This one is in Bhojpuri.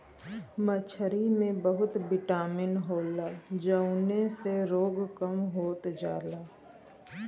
मछरी में बहुत बिटामिन होला जउने से रोग कम होत जाला